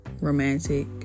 romantic